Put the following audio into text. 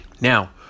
now